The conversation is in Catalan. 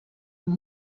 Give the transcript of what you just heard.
amb